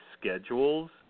schedules